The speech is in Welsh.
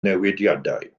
newidiadau